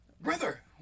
Brother